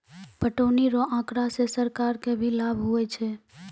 पटौनी रो आँकड़ा से सरकार के भी लाभ हुवै छै